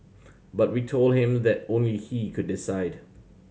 but we told him that only he could decide